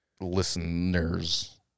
listeners